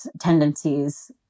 tendencies